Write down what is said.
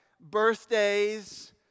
birthdays